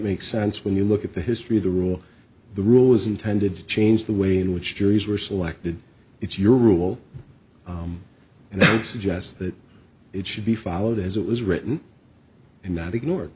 makes sense when you look at the history of the rule the rule was intended to change the way in which juries were selected it's your rule and think suggest that it should be followed as it was written and not ignored